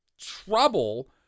trouble